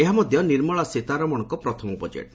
ଏହା ମଧ୍ୟ ନିର୍ମଳା ସୀତାରମଣଙ୍କ ପ୍ରଥମ ବଜେଟ୍